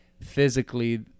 physically